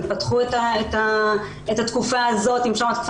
הם פתחו את השנה הזאת,